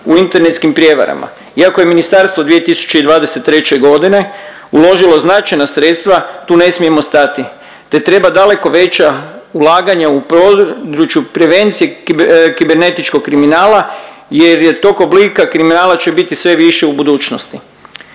u internetskim prijevarama, iako je ministarstvo 2023. g. uložila značajna sredstva, tu ne smijemo stati te treba daleko veća ulaganja u području prevencije kibernetičkog kriminala jer je tog oblika kriminala će biti sve više u budućnosti.